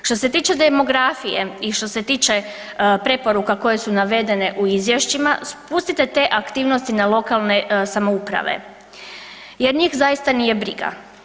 Što se tiče demografije i što se tiče preporuka koje su navedene u izvješćima, spustite te aktivnosti na lokalne samouprave jer njih zaista nije briga.